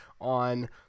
on